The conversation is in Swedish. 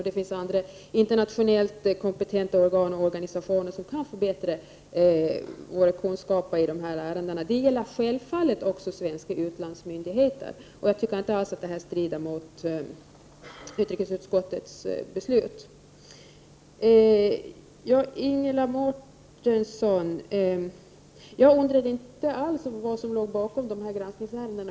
Det finns andra internationellt kompetenta organ och organisationer som kan förbättra våra kunskaper i dessa ärenden. Det gäller självfallet också svenska utlandsmyndigheter. Jag tycker inte att detta strider mot utrikesutskottets beslut. Ingela Mårtensson, jag undrade inte alls vad som låg bakom de här granskningsärendena.